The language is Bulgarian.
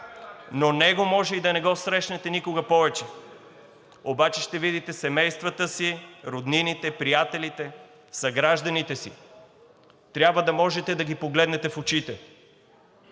но него може и да не го срещнете повече, обаче ще видите семействата си, роднините, приятелите, съгражданите си и трябва да можете да ги погледнете в очите.